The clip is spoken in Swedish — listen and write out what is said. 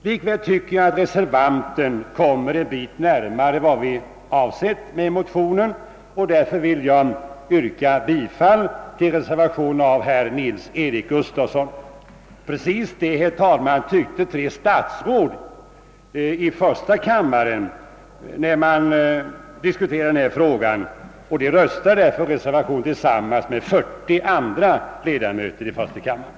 Likväl tycker jag att reservanten kommer en bit närmare vad vi avsett med motionen, och därför vill jag yrka bifall till reservationen av herr Nils Eric Gustafsson. Exakt samma åsikt hade tre statsråd i första kammaren när man diskuterade denna fråga, och de röstade därför på reservationen tillsammans med 40 andra ledamöter av kammaren.